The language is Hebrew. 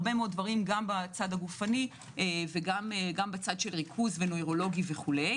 הרבה דברים בצד הגופני וגם בצד של ריכוז ונוירולוגי וכו'.